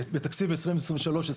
בתקציב 2023 2024,